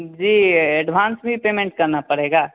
जी advance भी payment करना पड़ेगा